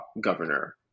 governor